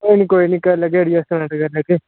कोई नी कोई नी करी लैगे एडजस्टमेंट करी लैगे